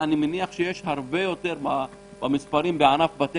אני מניח שיש הרבה יותר במספרים בענף בתי